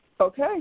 Okay